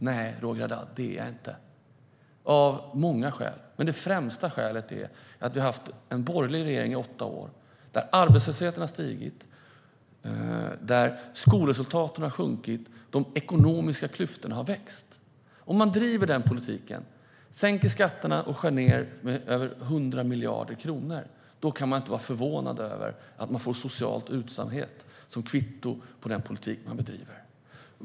Nej, Roger Haddad, det är jag inte och det av många skäl, men det främsta skälet är att vi har haft en borgerlig regering i åtta år där arbetslösheten har stigit, där skolresultaten har sjunkit och där de ekonomiska klyftorna har växt. Om man driver den politiken, sänker skatterna och skär ned med över 100 miljarder kronor går det inte att vara förvånad över att man får en social utsatthet som kvitto på den politik man bedriver.